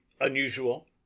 unusual